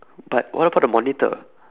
but what about the monitor